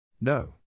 No